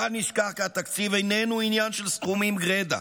בל נשכח שהתקציב איננו עניין של סכומים גרידא,